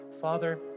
Father